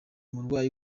murwayi